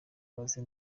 bazi